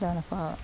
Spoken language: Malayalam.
അതാണപ്പം